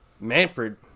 Manfred